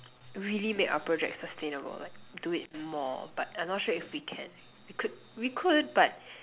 really make our project sustainable do it more but I'm not sure if we can we could we could but